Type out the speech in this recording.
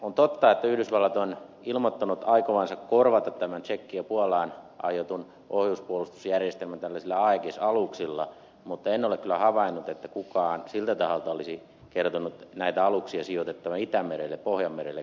on totta että yhdysvallat on ilmoittanut aikovansa korvata tämän tsekkiin ja puolaan aiotun ohjuspuolustusjärjestelmän tällaisilla aegis aluksilla mutta en ole kyllä havainnut että kukaan siltä taholta olisi kertonut näitä aluksia sijoitettavan itämerelle pohjanmerelle kylläkin